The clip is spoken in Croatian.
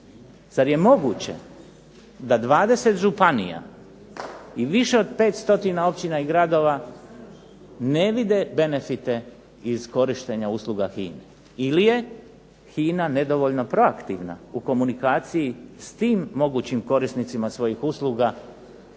Zar je moguće da 20 županija i više od 500 općina i gradova ne vide benefite iz korištenja usluga HINA-e? Ili je HINA nedovoljno proaktivna u komunikaciji s tim mogućim korisnicima svojih usluga